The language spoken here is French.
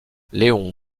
léon